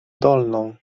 dolną